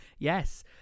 Yes